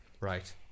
right